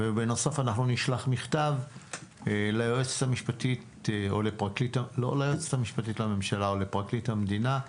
ונוסף על כך אנחנו נשלח מכתב ליועצת המשפטית לממשלה או לפרקליט המדינה.